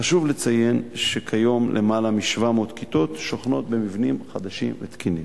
חשוב לציין שכיום למעלה מ-700 כיתות שוכנות במבנים חדשים ותקינים.